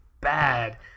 bad